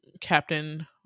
captain